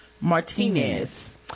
Martinez